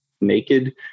naked